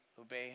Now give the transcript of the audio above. obey